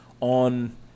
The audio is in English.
on